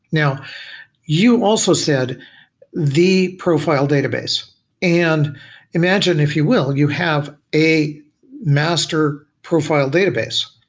now you also said the profile database and imagine if you will, you have a master profile database.